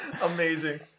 Amazing